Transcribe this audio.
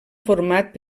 format